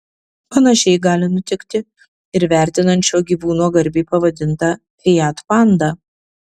panašiai gali nutikti ir vertinant šio gyvūno garbei pavadintą fiat pandą